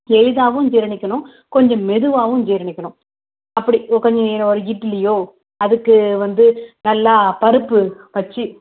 எளிதாகவும் ஜீரணிக்கணும் கொஞ்சம் மெதுவாகவும் ஜீரணிக்கணும் அப்படி ஒரு கொஞ்சம் ஒரு இட்லியோ அதுக்கு வந்து நல்லா பருப்பு வச்சு